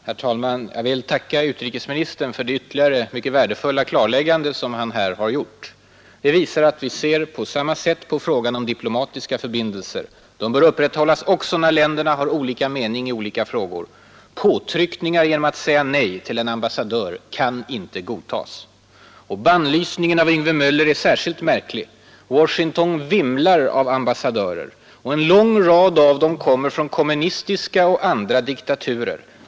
Herr talman! Jag vill tacka utrikesministern för det ytterligare, mycket värdefulla klarläggande som han här har gjort. Det visar att vi ser på samma sätt på frågan om diplomatiska förbindelser. De bör upprätthållas också när länder har olika mening i viktiga frågor. Påtryckningar genom att säga nej till en ambassadör kan inte godtas. Bannlysningen av Yngve Möller är särskilt märklig. Washington vimlar av ambassadörer. En lång rad av dem kommer från kommunistiska och andra diktaturer.